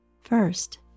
first